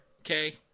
Okay